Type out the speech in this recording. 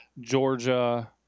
Georgia